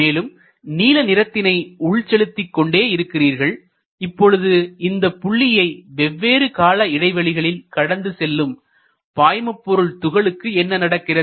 மேலும் நீல நிறத்தினை உள்செலுத்திக் கொண்டே இருக்கிறீர்கள் இப்பொழுது இந்தப் புள்ளியை வெவ்வேறு கால இடைவெளிகளில் கடந்து செல்லும் பாய்மபொருள் துகள்களுக்கு என்ன நடக்கிறது